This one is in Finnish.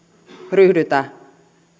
ryhdytä